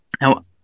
Now